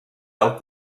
out